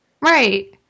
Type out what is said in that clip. Right